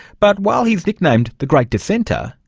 but while he's nicknamed the great dissenter,